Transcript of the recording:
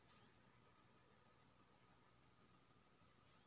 गाड़ी खरीदे खातिर कर्जा लिए के लेल की करिए?